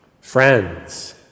Friends